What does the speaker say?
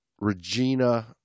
Regina